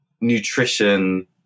nutrition